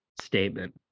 statement